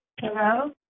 Hello